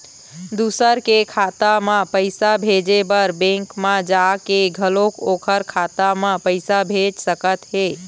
दूसर के खाता म पइसा भेजे बर बेंक म जाके घलोक ओखर खाता म पइसा भेज सकत हे